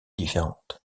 différentes